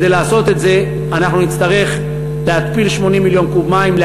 כדי לעשות את זה נצטרך להתפיל 80 מיליון קוב מים,